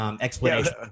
explanation